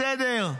בסדר,